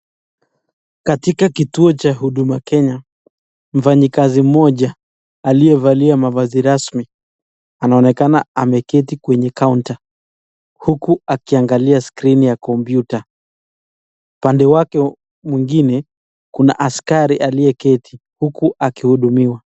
Katika kituo cha huduma Kenya mfanyikazi mmoja aliyevalia mavazi rasmi anaonekana ameketi kwenye counter huku akiangalia screen ya komputa . Upande wake mwingine kuna askari aliyeketi huku akihudumiwa.